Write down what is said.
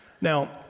Now